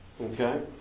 Okay